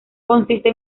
consiste